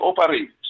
operates